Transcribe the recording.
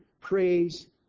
praise